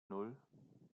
nan